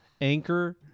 Anchor